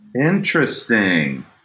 Interesting